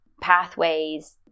pathways